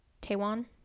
Taiwan